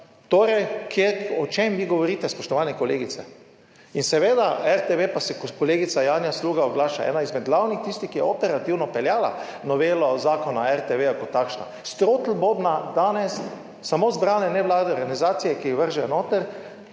Torej, o čem vi govorite, spoštovane kolegice? In seveda, RTV pa se kolegica Janja Sluga oglaša, ena izmed glavnih tistih, ki je operativno peljala novelo Zakona o RTV kot takšna, s trotel bobna danes samo zbrane nevladne organizacije, ki jih vržejo noter